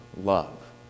love